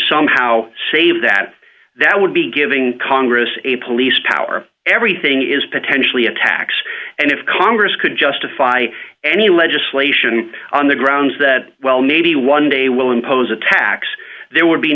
somehow save that that would be giving congress a police power everything is potentially a tax and if congress could justify any legislation on the grounds that well maybe one day we'll impose a tax there would be